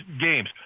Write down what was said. games